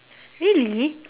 really